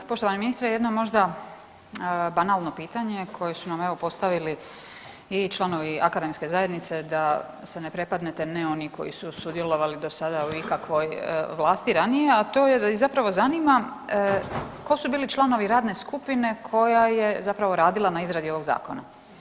Poštovani ministre jedna možda banalno pitanje koje su nam evo postavili i članovi akademske zajednice da se ne prepadnete, ne oni koji su sudjelovali do sada u ikakvoj vlasti ranije, a to je da ih zapravo zanima tko su bili članovi radne skupine koja je zapravo radila na izradi ovog zakona.